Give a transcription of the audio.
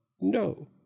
No